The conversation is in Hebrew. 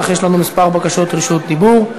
אך יש לנו כמה בקשות רשות דיבור.